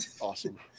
Awesome